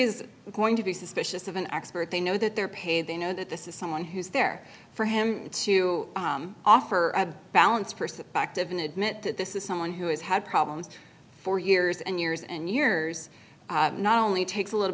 is going to be suspicious of an expert they know that they're paid they know that this is someone who's there for him to offer a balanced person back to even admit that this is someone who has had problems for years and years and years not only takes a little